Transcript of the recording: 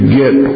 get